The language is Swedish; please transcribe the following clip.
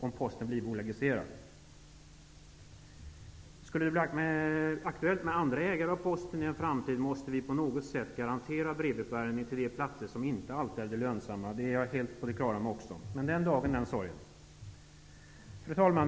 Om det i en framtid blir akuellt med andra ägare av Posten, måste vi på något sätt garantera brevutbärningen till de platser som inte är lönsamma. Det är också jag helt på det klara med. Men den dagen, den sorgen. Fru talman!